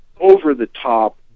over-the-top